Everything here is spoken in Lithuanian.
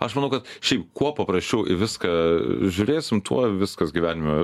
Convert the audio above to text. aš manau kad šiaip kuo paprasčiau į viską žiūrėsim tuo viskas gyvenime